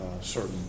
certain